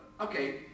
Okay